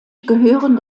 gehören